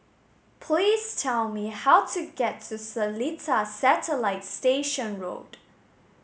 please tell me how to get to Seletar Satellite Station Road